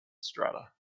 strata